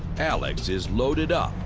alex is loaded up,